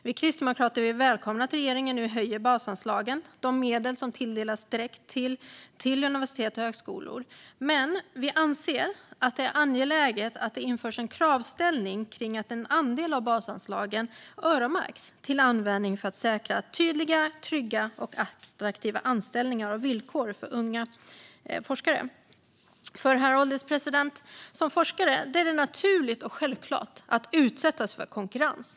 Vi kristdemokrater välkomnar att regeringen nu höjer basanslagen, de medel som tilldelas direkt till universitet och högskolor. Men vi anser att det är angeläget att det införs krav på att en andel av basanslagen öronmärks och används för att säkra tydliga, trygga och attraktiva anställningar och villkor för unga forskare. För, herr ålderspresident, som forskare är det naturligt och självklart att utsättas för konkurrens.